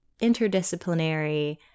interdisciplinary